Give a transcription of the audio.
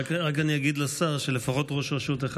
אני רק אגיד לשר שלפחות ראש רשות אחד